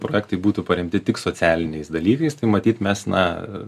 projektai būtų paremti tik socialiniais dalykais tai matyt mes na